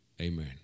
amen